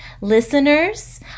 listeners